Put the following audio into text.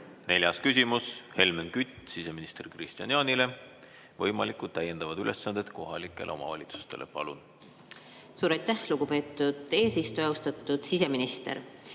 Neljas küsimus: Helmen Kütt siseminister Kristian Jaanile. Teema on võimalikud täiendavad ülesanded kohalikele omavalitsustele. Palun! Suur aitäh, lugupeetud eesistuja! Austatud siseminister!